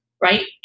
right